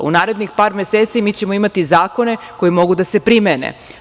U narednih par meseci mi ćemo imati zakone koji mogu da se primene.